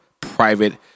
private